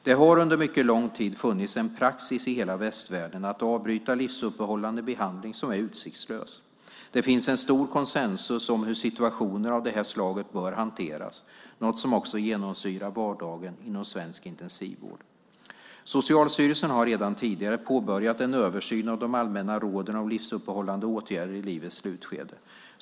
Det har under mycket lång tid funnits en praxis i hela västvärlden att avbryta livsuppehållande behandling som är utsiktslös. Det finns en stor konsensus om hur situationer av det här slaget bör hanteras, något som också genomsyrar vardagen inom svensk intensivvård. Socialstyrelsen har redan tidigare påbörjat en översyn av de allmänna råden om livsuppehållande åtgärder i livets slutskede.